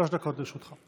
שלוש דקות לרשותך.